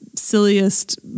silliest